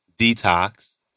Detox